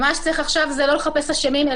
ומה שצריך עכשיו זה לא לחפש אשמים,